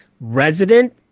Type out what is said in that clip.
resident